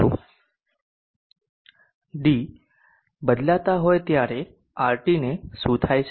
D બદલતા હોય ત્યારે RT ને શું થાય છે